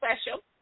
special